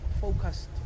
focused